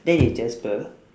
then if jasper